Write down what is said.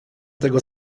tego